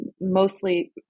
mostly